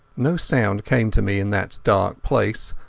no sound came to me in that dark place.